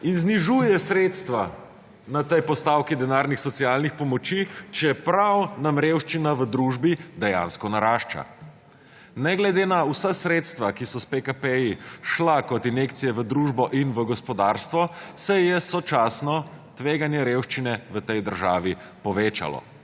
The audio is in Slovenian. in znižuje sredstva na tej postavki denarnih socialnih pomoči, čeprav nam revščina v družbi dejansko narašča. Ne glede na vsa sredstva, ki so s pekapeji šla kot injekcije v družbo in v gospodarstvo, se je sočasno tveganje revščine v tej državi povečalo.